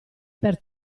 per